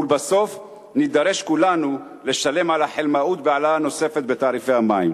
ולבסוף נידרש כולנו לשלם על החלמאות בהעלאה נוספת של תעריפי המים.